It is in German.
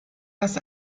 das